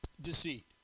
deceit